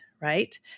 Right